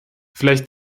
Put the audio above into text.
vielleicht